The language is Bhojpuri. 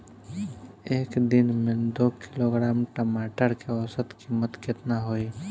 एक दिन में दो किलोग्राम टमाटर के औसत कीमत केतना होइ?